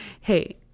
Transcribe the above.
Hey